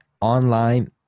online